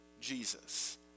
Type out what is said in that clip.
Jesus